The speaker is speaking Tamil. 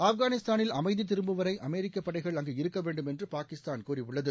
ஆப்கானிஸ்தானில் அமைதி திரும்பும் வரை அமெரிக்க படைகள் அங்கு இருக்க வேண்டும் என்று பாகிஸ்தான் கூறியுள்ளது